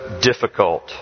difficult